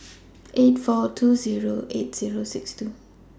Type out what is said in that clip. eight four two Zero eight Zero six two